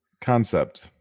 concept